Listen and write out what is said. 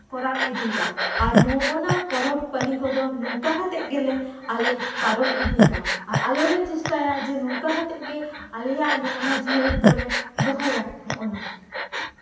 ᱠᱚᱨᱟᱣ ᱤᱫᱤᱭᱮᱫᱟ ᱟᱨ ᱱᱚᱸᱜ ᱱᱟ ᱯᱚᱨᱚᱵᱽ ᱯᱟᱹᱞᱤ ᱠᱚᱫᱚ ᱱᱚᱝᱠᱟ ᱠᱟᱛᱮᱫ ᱜᱮᱞᱮ ᱟᱞᱮ ᱯᱟᱨᱚᱢ ᱤᱫᱤᱭᱮᱫᱟ ᱟᱨ ᱟᱨᱚ ᱞᱮ ᱪᱮᱥᱴᱟᱭᱟ ᱡᱮ ᱱᱚᱝᱠᱟ ᱠᱟᱛᱮᱫ ᱜᱮ ᱟᱞᱮᱭᱟᱜ ᱱᱚᱜᱼᱚ ᱱᱟ ᱡᱤᱭᱟᱹᱲ ᱫᱚᱞᱮ ᱫᱚᱦᱚᱭᱟ ᱱᱚᱸᱜ ᱱᱟ ᱜᱮ